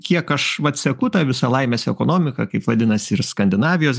kiek aš vat seku tą visą laimės ekonomiką kaip vadinasi ir skandinavijos